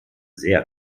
sehr